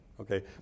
Okay